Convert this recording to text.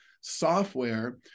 software